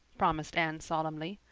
promised anne solemnly.